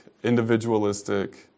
individualistic